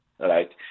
Right